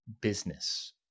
business